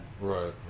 right